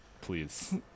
please